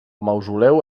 mausoleu